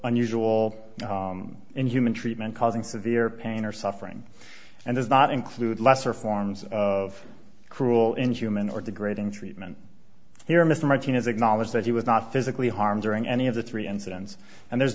unusual inhuman treatment causing severe pain or suffering and does not include lesser forms of cruel inhuman or degrading treatment here mr martinez acknowledged that he was not physically harmed during any of the three incidents and there's